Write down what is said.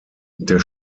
der